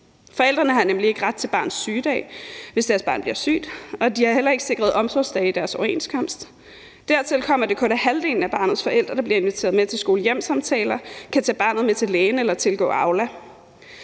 Forældrene har nemlig ikke ret til barns sygedag, hvis deres barn bliver syg, og de har heller ikke sikret omsorgsdage i deres overenskomst. Dertil kommer, at det kun er halvdelen af barnets forældre, der bliver inviteret med til skole-hjem-samtaler, kan tage barnet med til lægen eller tilgå Aula.